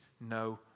no